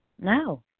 No